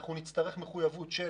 אנחנו נצטרך מחויבות של